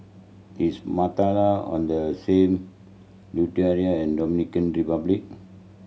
is on the same and Dominican Republic